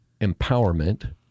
empowerment